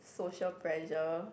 social pressure